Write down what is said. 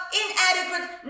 inadequate